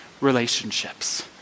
relationships